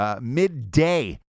Midday